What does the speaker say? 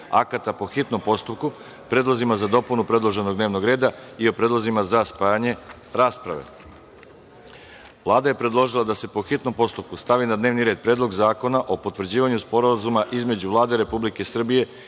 akata po hitnom postupku, predlozima za dopunu predloženog dnevnog reda i o predlozima za spajanje rasprave. Vlada je predložila da se, po hitnom postupku, stavi na dnevni red – Predlog zakona o potvrđivanju Sporazuma između Vlade Republike Srbije